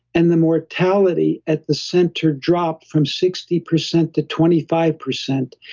and the mortality at the center dropped from sixty percent to twenty five percent.